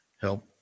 Help